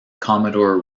commodore